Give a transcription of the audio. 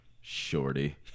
Shorty